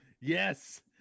Yes